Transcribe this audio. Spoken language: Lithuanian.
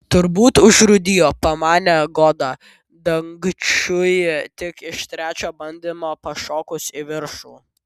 turbūt užrūdijo pamanė goda dangčiui tik iš trečio bandymo pašokus į viršų